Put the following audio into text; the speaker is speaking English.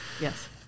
Yes